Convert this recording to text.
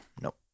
Nope